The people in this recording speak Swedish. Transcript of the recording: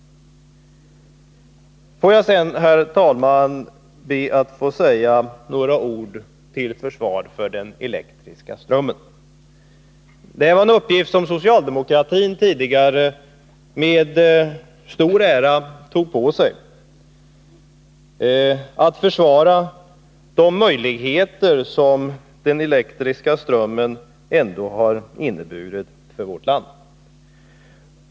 Jag ber nu, herr talman, att få säga några ord till försvar för den elektriska strömmen. Det var en uppgift som socialdemokratin tidigare med stor ära tog på sig — att försvara de möjligheter som den elektriska strömmen ändå har inneburit för vårt land.